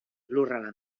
lurra